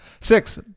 six